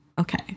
Okay